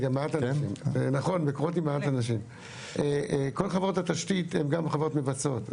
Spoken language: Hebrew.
כל חברות התשתית הן גם חברות מבצעות.